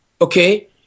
Okay